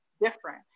different